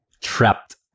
trapped